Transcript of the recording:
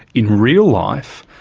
in real life,